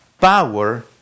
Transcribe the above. Power